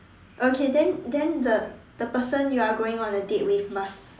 okay then then the the person you are going on a date with must